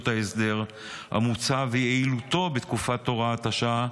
ההסדר המוצע ויעילותו בתקופת הוראת השעה,